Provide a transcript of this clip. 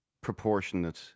proportionate